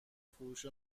فروش